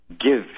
give